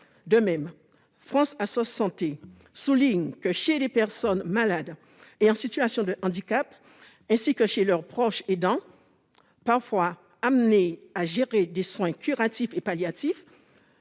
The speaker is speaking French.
a été ressenti chez les personnes malades et en situation de handicap ainsi que chez leurs proches aidants, parfois amenés à gérer des soins curatifs et palliatifs.